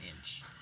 inch